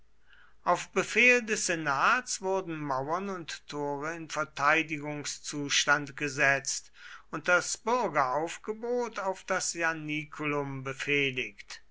auf befehl des senats wurden mauern und tore in verteidigungszustand gesetzt und das bürgeraufgebot auf das ianiculum befehligt